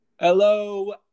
Hello